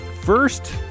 first